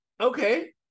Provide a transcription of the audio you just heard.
Okay